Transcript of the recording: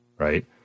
Right